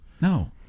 No